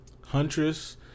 Huntress